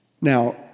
Now